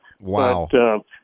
wow